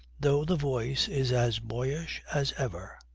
though the voice is as boyish as ever,